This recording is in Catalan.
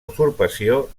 usurpació